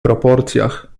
proporcjach